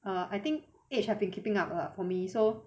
err I think age have been keeping up for me so